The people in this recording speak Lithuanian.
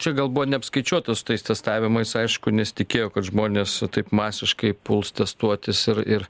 čia gal buvo neapskaičiuota su tais testavimais aišku nesitikėjo kad žmonės taip masiškai puls testuotis ir ir